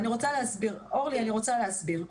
אורלי, אני רוצה להסביר.